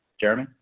Jeremy